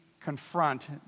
confront